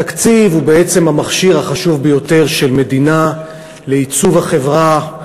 התקציב הוא בעצם המכשיר החשוב ביותר של מדינה לעיצוב החברה,